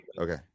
Okay